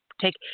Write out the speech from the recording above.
take